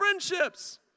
friendships